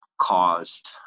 caused